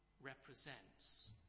represents